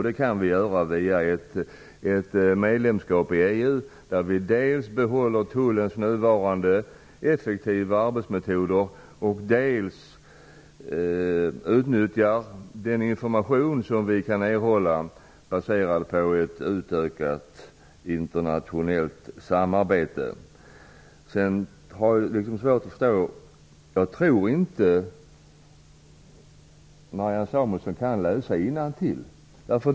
Det kan vi göra via ett medlemskap i EU, där vi dels behåller Tullens nuvarande effektiva arbetsmetoder, dels utnyttjar den information vi kan erhålla baserad på ett utökat internationellt samarbete. Jag tror inte att Marianne Samuelsson kan läsa innantill.